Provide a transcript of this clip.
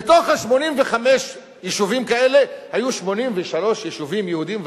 מ-85 יישובים כאלה 83 היו יישובים יהודיים,